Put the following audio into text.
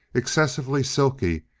excessively silky,